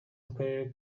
bw’akarere